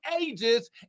ages